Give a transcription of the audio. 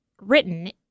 written